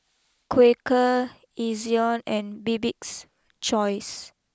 Quaker Ezion and Bibik's choice